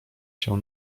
się